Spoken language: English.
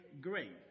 great